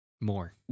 More